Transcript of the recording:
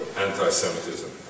anti-Semitism